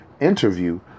interview